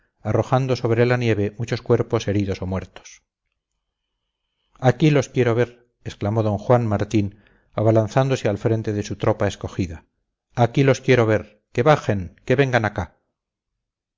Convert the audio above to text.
arrojando sobre la nieve muchos cuerpos heridos o muertos aquí los quiero ver exclamó d juan martín abalanzándose al frente de su tropa escogida aquí los quiero ver que bajen que vengan acá